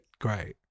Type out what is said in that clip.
great